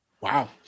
Wow